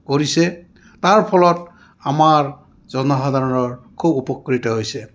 কৰিছে তাৰ ফলত আমাৰ জনসাধাৰণৰ খুব উপকৃত হৈছে